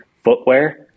Footwear